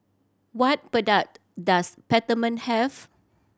what product does Peptamen have